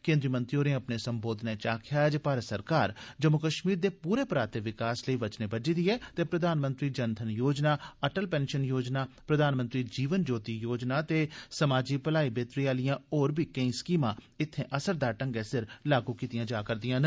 केन्द्री मंत्री होरें अपने सम्बोधनै च आक्खेया जे भारत सरकार जम्मू कश्मीर दे पूरे पराते विकास लेई वचने बज्झी दी ऐ ते प्रधानमंत्री जनधन योजना अटल पेंशन योजना प्रधानमंत्री जीवन ज्योति बीमा योजना ते समाजी भलाई बेहतरी आलियां होर बी केई स्कीमां इत्थे असरदार ढंगै सिर लागू कीतियां जा रदियां न